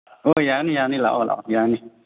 ꯍꯣꯏ ꯌꯥꯅꯤ ꯌꯥꯅꯤ ꯂꯥꯛꯑꯣ ꯂꯥꯛꯑꯣ ꯌꯥꯅꯤ